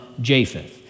Japheth